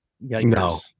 No